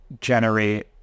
generate